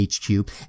HQ